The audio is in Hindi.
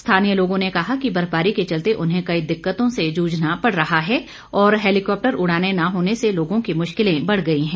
स्थानीय लोगों ने कहा कि बर्फबारी के चलते उन्हें कई दिक्कतों से जूझना पड़ रहा है और हैलीकाप्टर उड़ानें न होने से लोगों की मुश्किलें बढ़ गई हैं